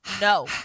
no